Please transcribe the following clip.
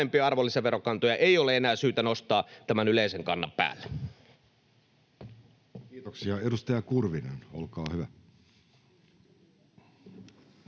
alempia arvonlisäverokantoja ei ole enää syytä nostaa tämän yleisen kannan päälle. Kiitoksia. — Edustaja Kurvinen, olkaa hyvä.